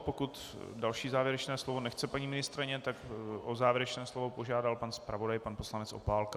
Pokud další závěrečné slovo nechce paní ministryně, tak o závěrečné slovo požádal pan zpravodaj pan poslanec Opálka.